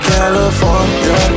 California